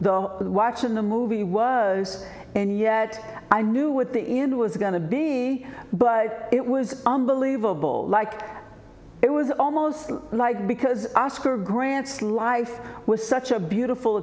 painful the watching the movie was and yet i knew what the end was going to be but it was unbelievable like it was almost like because oscar grant's life was such a beautiful